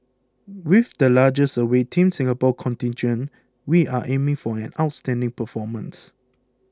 with the largest away Team Singapore contingent we are aiming for an outstanding performance